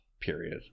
Period